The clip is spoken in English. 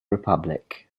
republic